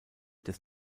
des